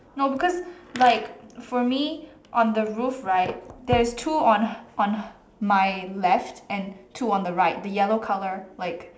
no because like for me on the roof right there's two on on my left and two on the right the yellow colour like